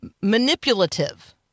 manipulative